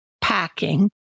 packing